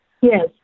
Yes